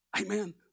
Amen